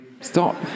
stop